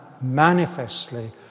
manifestly